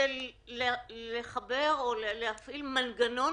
אלא להפעיל מנגנון